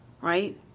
right